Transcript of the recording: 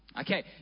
Okay